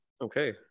okay